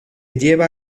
lleva